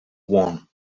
one